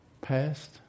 Past